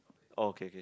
oh K K